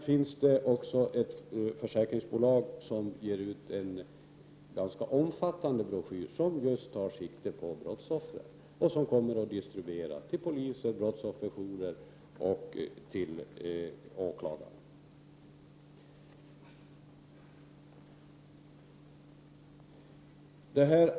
Vidare ger ett försäkringsbolag ut en ganska omfattande broschyr som just tar sikte på brottsoffren och som kommer att distribueras till poliser, till brottsofferjourer och till åklagare.